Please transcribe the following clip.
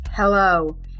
Hello